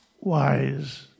wise